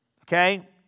okay